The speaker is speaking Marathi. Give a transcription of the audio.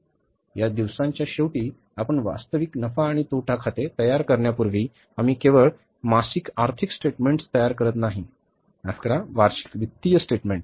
या दिवसांच्या क्षितिजाच्या शेवटी आपण वास्तविक नफा आणि तोटा खाते तयार करण्यापूर्वी आम्ही केवळ मासिक आर्थिक स्टेटमेन्ट्स तयार करत नाही माफ करा वार्षिक वित्तीय स्टेटमेन्ट